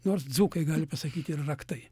nors dzūkai gali pasakyt ir raktai